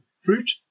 fruit